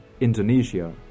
Indonesia